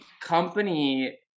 company